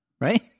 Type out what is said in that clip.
Right